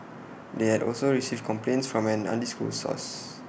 they had also received complaints from an undisclosed source